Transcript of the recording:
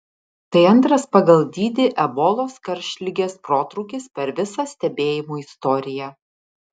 tai antras pagal dydį ebolos karštligės protrūkis per visą stebėjimų istoriją